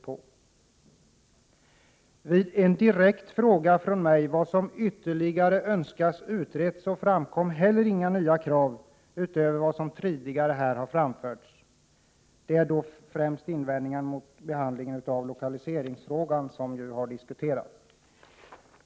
4 Vid en direkt fråga från mig om vad som ytterligare önskades utrett Srende.om ett yltplän: : 8 g yHerig och bostadsverk framkom heller inga nya krav utöver vad som tidigare framförts. Invändningarna gäller främst lokaliseringsfrågan, som ju har diskuterats.